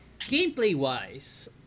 gameplay-wise